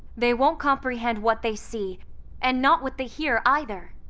they won't comprehend what they see and not what they hear either.